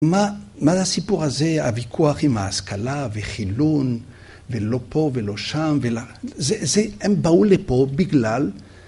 מה מה לסיפור הזה, הוויכוח עם ההשכלה וחילון ולא פה ולא שם, ול..זה זה הם באו לפה בגלל...